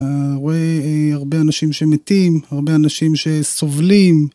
הרבה אה.. הרבה אנשים שמתים הרבה אנשים שסובלים.